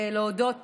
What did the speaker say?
ולהודות